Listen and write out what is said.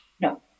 No